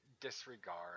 disregard